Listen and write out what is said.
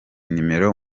nimero